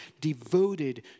devoted